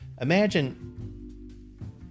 imagine